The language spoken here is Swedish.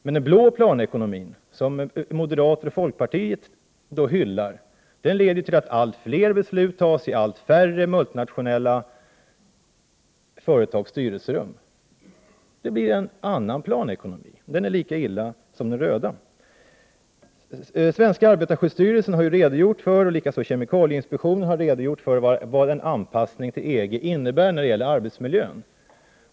Den blå planekonomin, som moderaterna och folkpartiet hyllar, leder till att allt fler beslut fattas i allt färre multinationella företags styrelserum. Det blir en annan planekonomi, och den är lika illa som den röda. Den svenska arbetarskyddsstyrelsen och likaså kemikalieinspektionen har redogjort för vad en anpassning till EG innebär när det gäller arbetsmiljön.